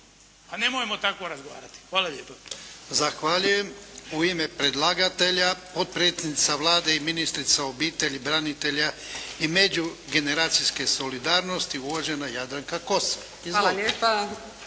Pa nemojmo tako razgovarati! Hvala lijepa. **Jarnjak, Ivan (HDZ)** Zahvaljujem. U ime predlagatelja, potpredsjednica Vlade i ministrica obitelji, branitelja i međugeneracijske solidarnosti, uvažena Jadranka Kosor. Izvolite.